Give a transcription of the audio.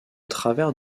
travers